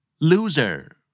Loser